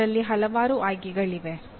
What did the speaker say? ಇದರಲ್ಲಿ ಹಲವಾರು ಆಯ್ಕೆಗಳಿವೆ